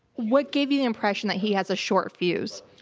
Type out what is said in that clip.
what gave you the impression that he has a short fuse?